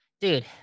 Dude